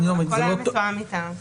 הכול היה מתואם איתם.